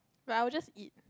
like I would just eat